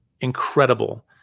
incredible